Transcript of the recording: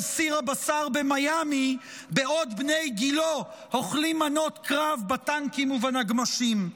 סיר הבשר במיאמי בעוד בני גילו אוכלים מנות קרב בטנקים ובנגמ"שים.